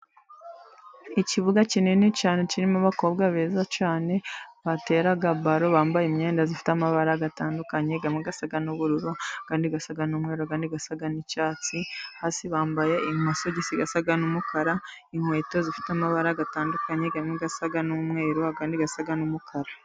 Ikibuga kinini cyane kirimo abakobwa beza cyane batera baro, bambaye imyenda ifite amabara atandukanye amwe asa n'ubururu, andi asa n' umweru, andi asa n'icyatsi. Hasi bambaye amasogisi asa n'umukara, inkweto zifite amabara atandukanye, amwe asa n'umweru n'umweru, andi asan'umukara.